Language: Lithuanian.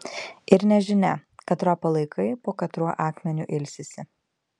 ir nežinia katro palaikai po katruo akmeniu ilsisi